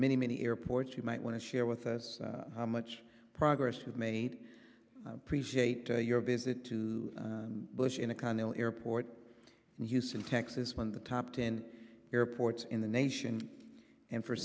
many many airports you might want to share with us how much progress has made prescience your visit to bush in a condo airport in houston texas when the top ten airports in the nation and for